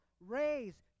raise